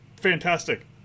fantastic